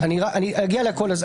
אני אגיע לכול.